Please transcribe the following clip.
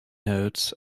notes